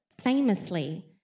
famously